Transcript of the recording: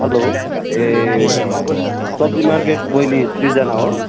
hello ए सब्जी market बहिनी सृजना हो